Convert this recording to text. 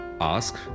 ask